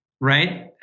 right